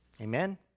Amen